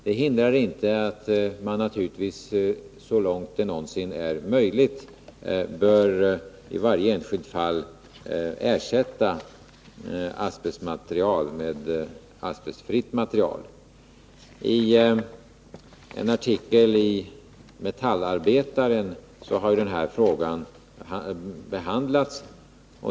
Det hindrar inte att man naturligtvis så långt det någonsin är möjligt bör i varje enskilt fall ersätta asbestmaterial med asbestfritt material. Ien artikel i Metallarbetaren har den här frågan behandlats.